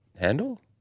handle